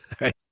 right